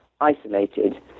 isolated